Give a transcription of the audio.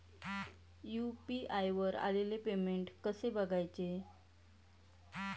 UPI वर आलेले payment कसे बघायचे?